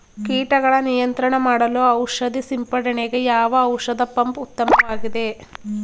ಕೀಟಗಳ ನಿಯಂತ್ರಣ ಮಾಡಲು ಔಷಧಿ ಸಿಂಪಡಣೆಗೆ ಯಾವ ಔಷಧ ಪಂಪ್ ಉತ್ತಮವಾಗಿದೆ?